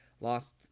lost